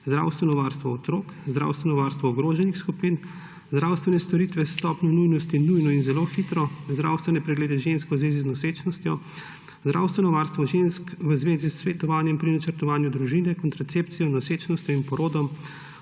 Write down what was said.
zdravstveno varstvo otrok, zdravstveno varstvo ogroženih skupin, zdravstvene storitve stopnje nujnosti nujno in zelo hitro, zdravstvene preglede žensk v zvezi z nosečnostjo, zdravstveno varstvo žensk v zvezi s svetovanjem pri načrtovanju družine, kontracepcijo, nosečnostjo in porodom,